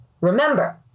Remember